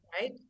Right